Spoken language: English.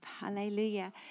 Hallelujah